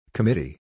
Committee